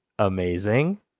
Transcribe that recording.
Amazing